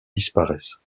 disparaissent